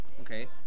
Okay